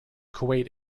kuwait